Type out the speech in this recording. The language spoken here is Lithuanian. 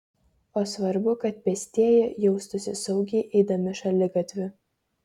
o svarbu kad pėstieji jaustųsi saugiai eidami šaligatviu